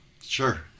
Sure